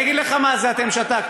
אני אגיד לך מה זה "אתם שתקתם",